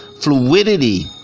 fluidity